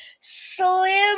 slim